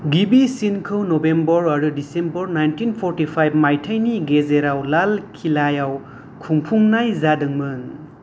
गिबिसिनखौ November आरो December nineteen forty five मायथाइनि गेजेराव लाल किलायाव खुंफुंनाय जादोंमोन